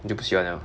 就不喜欢 liao